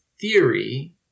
theory